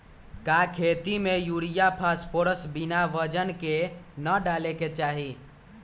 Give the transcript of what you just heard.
का खेती में यूरिया फास्फोरस बिना वजन के न डाले के चाहि?